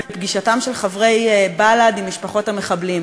על פגישתם של חברי בל"ד עם משפחות המחבלים,